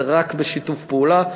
זה רק בשיתוף פעולה.